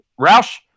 Roush